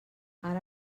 ara